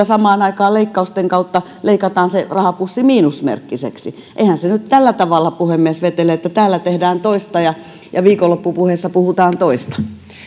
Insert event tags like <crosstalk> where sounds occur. <unintelligible> samaan aikaan leikkausten kautta leikataan se rahapussi miinusmerkkiseksi eihän se nyt tällä tavalla puhemies vetele että täällä tehdään toista ja ja viikonloppupuheissa puhutaan toista